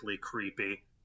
creepy